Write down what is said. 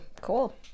Cool